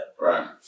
Right